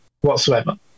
whatsoever